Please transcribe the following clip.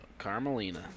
Carmelina